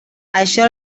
això